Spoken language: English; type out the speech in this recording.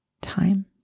time